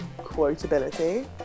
quotability